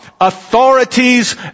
Authorities